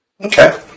Okay